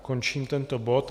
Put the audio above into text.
Končím tento bod.